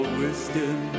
wisdom